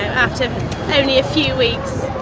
only a few weeks,